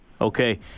Okay